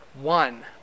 One